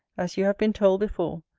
as you have been told before,